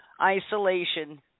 isolation